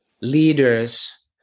leaders